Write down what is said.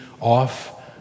off